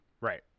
Right